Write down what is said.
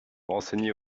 renseigner